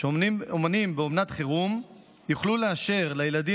שאומנים באומנת חירום יוכלו לאשר לילדים